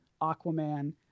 Aquaman